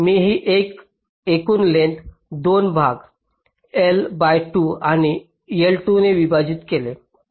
मी ही एकूण लेंग्थस 2 भाग L बाय 2 आणि L 2 ने विभाजित केली आहे